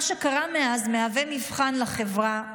מה שקרה מאז מהווה מבחן לחברה,